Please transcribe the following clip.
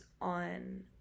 on